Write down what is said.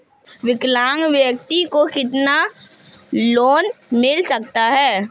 विकलांग व्यक्ति को कितना लोंन मिल सकता है?